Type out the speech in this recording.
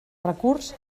recurs